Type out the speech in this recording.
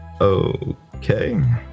Okay